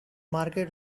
market